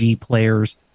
players